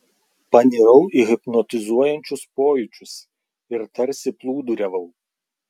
panirau į hipnotizuojančius pojūčius ir tarsi plūduriavau